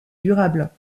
durable